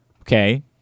okay